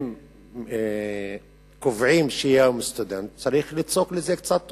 אם קובעים יום סטודנט, צריך ליצוק בזה קצת תוכן,